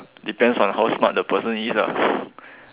depends on how smart the person is